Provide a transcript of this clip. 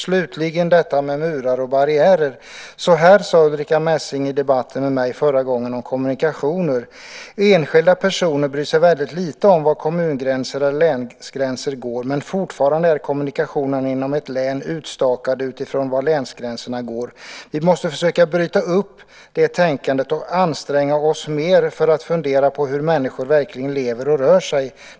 Slutligen var det frågan om murar och barriärer. Så här sade Ulrica Messing i den förra debatten med mig om kommunikationer: "Enskilda personer bryr sig väldigt lite om var kommungränsen eller länsgränsen går, men fortfarande är kommunikationerna inom ett län utstakade utifrån var länsgränsen går. Vi måste försöka bryta upp det tänkandet, och anstränga oss mer för att fundera på hur människor verkligen lever och rör sig.